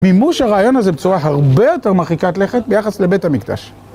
מימוש הרעיון הזה בצורה הרבה יותר מרחיקת לכת ביחס לבית המקדש.